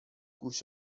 گوش